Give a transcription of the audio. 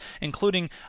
including